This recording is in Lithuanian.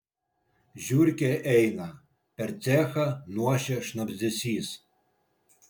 žiurkė eina per cechą nuošia šnabždesys